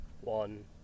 one